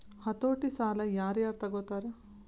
ಹತೋಟಿ ಸಾಲಾ ಯಾರ್ ಯಾರ್ ತಗೊತಾರ?